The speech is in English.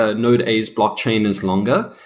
ah node a's blockchain is longer.